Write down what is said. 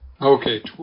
Okay